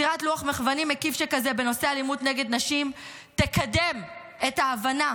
יצירת לוח מחוונים מקיף שכזה בנושא אלימות נגד נשים תקדם את ההבנה